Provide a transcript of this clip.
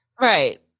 right